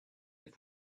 êtes